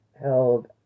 held